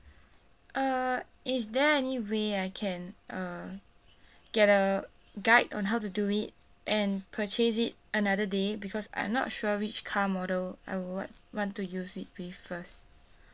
uh is there any way I can uh get a guide on how to do it and purchase it another day because I'm not sure which car model I will want want to use it with first